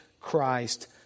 Christ